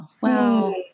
wow